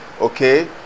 okay